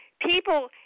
People